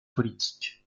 politique